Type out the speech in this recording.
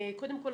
קודם כול,